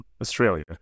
Australia